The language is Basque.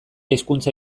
hizkuntza